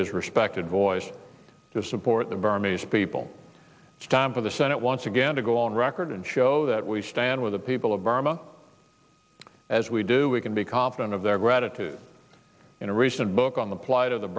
his respected voice to support the vermes people it's time for the senate once again to go on record and show that we stand with the people of burma as we do we can be confident of their gratitude in a recent book on the plight of the